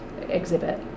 exhibit